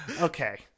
Okay